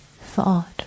thought